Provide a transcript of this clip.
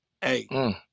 Hey